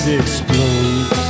explodes